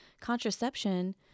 contraception